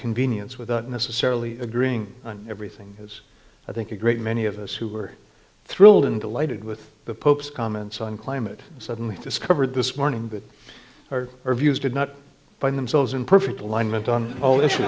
convenience without necessarily agreeing on everything as i think a great many of us who were thrilled and delighted with the pope's comments on climate suddenly discovered this morning that our viewers did not find themselves in perfect alignment on